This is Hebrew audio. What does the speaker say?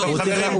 חברים,